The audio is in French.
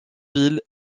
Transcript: ville